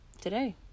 today